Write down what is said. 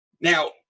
Now